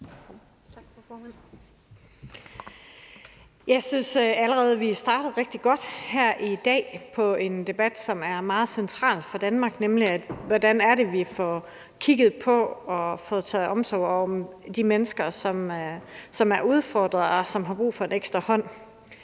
Jeg synes allerede, at vi er startet rigtig godt her i dag på en debat, som er meget central for Danmark, nemlig hvordan det er, vi får kigget på at sikre omsorg for de mennesker, som er udfordret, og som har brug for en ekstra hånd.